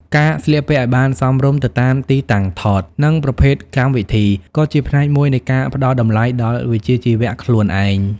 ការស្លៀកពាក់ឱ្យបានសមរម្យទៅតាមទីតាំងថត និងប្រភេទកម្មវិធី ក៏ជាផ្នែកមួយនៃការផ្ដល់តម្លៃដល់វិជ្ជាជីវៈខ្លួនឯង។